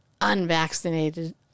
unvaccinated